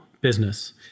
business